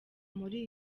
bamuri